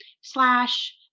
slash